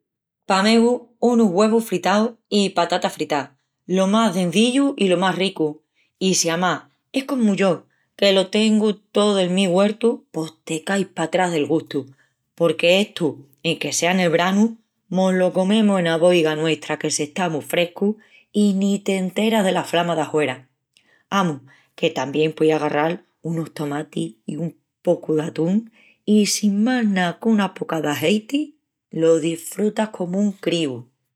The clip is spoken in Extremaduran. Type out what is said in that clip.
Pa megu, unus güevus fritaus i patatas fritás, lo más cenzillu i lo más ricu. I si amás es comu yo que lo tengu tó del mi güertu pos te caïs patrás del gustu. Porque estu, enque sea nel branu, mo-lo comemus ena boiga nuestra que se está mu frescu i ni t'enteras dela flama d'ahuera. Amus, que tamién pueis agarral unus tomatis i un pocu d'atún i sin más ná qu'una poca d'azeiti lo desfrutas comu un críu.